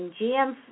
GM